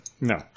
no